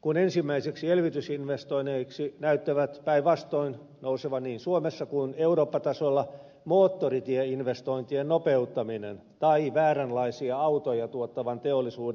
kun ensimmäisiksi elvytysinvestoinneiksi näyttävät päinvastoin nousevan niin suomessa kuin eurooppa tasolla moottoritieinvestointien nopeuttaminen tai vääränlaisia autoja tuottavan teollisuuden pelastaminen